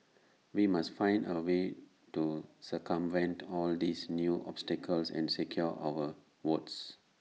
we must find A way to circumvent all these new obstacles and secure our votes